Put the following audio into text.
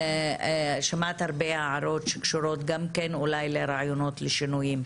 שמעת הרבה הערות שקשורות לרעיונות לשינויים,